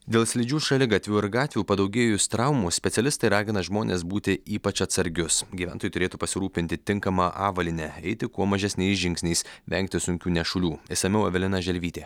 dėl slidžių šaligatvių ir gatvių padaugėjus traumų specialistai ragina žmones būti ypač atsargius gyventojai turėtų pasirūpinti tinkama avalyne eiti kuo mažesniais žingsniais vengti sunkių nešulių išsamiau evelina želvytė